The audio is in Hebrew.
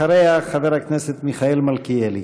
אחריה, חבר הכנסת מיכאל מלכיאלי.